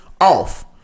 off